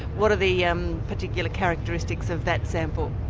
what are the yeah um particular characteristics of that sample?